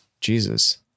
Jesus